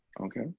Okay